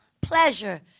pleasure